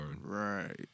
Right